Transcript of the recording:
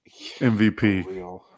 MVP